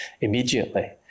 immediately